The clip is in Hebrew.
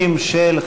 אותך.